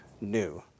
new